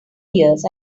years